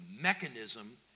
mechanism